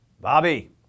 Bobby